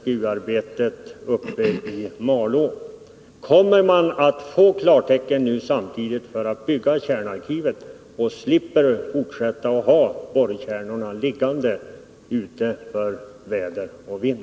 Kommer man nu samtidigt att få klartecken för att bygga ett borrkärnarkiv, så att man slipper fortsätta att ha borrkärnorna liggande ute för väder och vind?